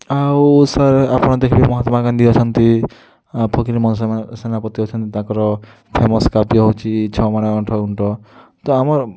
ଆଉ ସାର୍ ଆପଣ ଦେଖ୍ବେ ମହାତ୍ମା ଗାନ୍ଧୀ ଅଛନ୍ତି ଫକୀରମୋହନ ସେନାପତି ଅଛନ୍ତି ତାଙ୍କର୍ ଫେମସ୍ କାବ୍ୟ ହେଉଛି ଛଅ ମାଣ ଆଠ ଗୁଣ୍ଠ ତ ଆମର୍